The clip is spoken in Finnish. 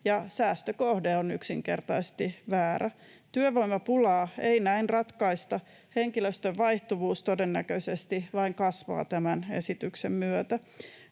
säästökohde on yksinkertaisesti väärä. Työvoimapulaa ei näin ratkaista, vaan henkilöstön vaihtuvuus todennäköisesti vain kasvaa tämän esityksen myötä.